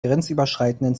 grenzüberschreitenden